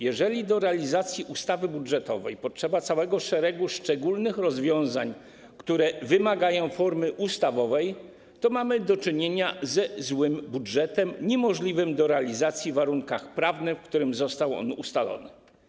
Jeżeli do realizacji ustawy budżetowej potrzeba całego szeregu szczególnych rozwiązań, które wymagają formy ustawowej, to mamy do czynienia ze złym budżetem, niemożliwym do realizacji w warunkach prawnych, w których został on ustalony.